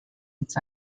its